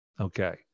okay